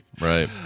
right